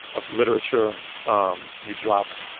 of literature. um you drop,